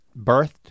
birthed